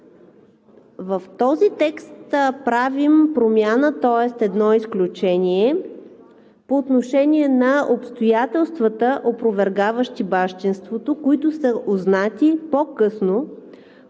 В този текст правим промяна, тоест едно изключение по отношение на обстоятелствата, опровергаващи бащинството, които са узнати по-късно